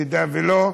אם לא,